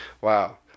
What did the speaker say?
Wow